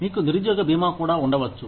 మీకు నిరుద్యోగ బీమా కూడా ఉండవచ్చు